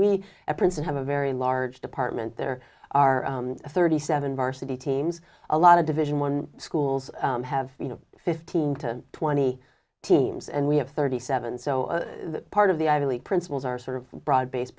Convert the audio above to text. princeton have a very large department there are thirty seven varsity teams a lot of division one schools have you know fifteen to twenty teams and we have thirty seven so that part of the ivy league principals are sort of broad based